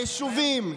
היישובים,